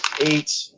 eight